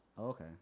Okay